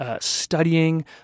studying